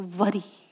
worry